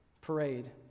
parade